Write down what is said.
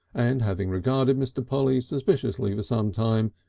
and having regarded mr. polly suspiciously for some time,